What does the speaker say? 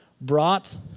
brought